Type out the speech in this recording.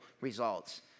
results